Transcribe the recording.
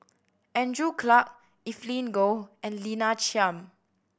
Andrew Clarke Evelyn Goh and Lina Chiam